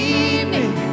evening